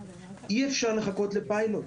אי אפשר לחכות לפיילוט.